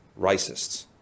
racists